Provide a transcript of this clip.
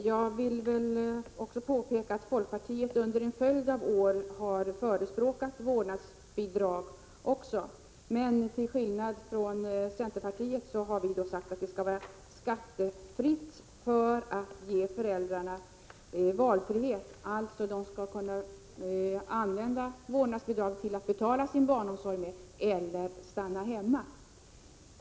Herr talman! Jag vill påpeka att också folkpartiet under en följd av år har förespråkat vårdnadsbidrag. Men till skillnad från centerpartiet har vi sagt att det skall vara skattefritt för att föräldrarna skall få valfrihet. De skall alltså kunna använda vårdnadsbidraget till att betala sin barnomsorg, eller stanna hemma.